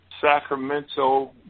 Sacramento